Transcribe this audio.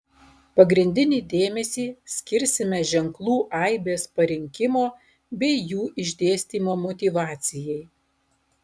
pagrindinį dėmesį skirsime ženklų aibės parinkimo bei jų išdėstymo motyvacijai